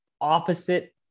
opposite